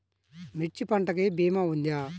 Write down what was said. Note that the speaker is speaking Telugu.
మిర్చి పంటకి భీమా ఉందా?